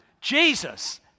Jesus